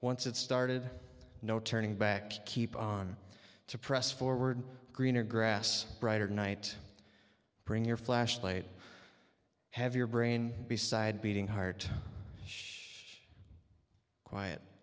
once it's started no turning back keep on to press forward greener grass brighter night bring your flashlight have your brain beside beating heart